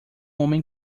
homem